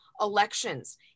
elections